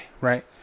right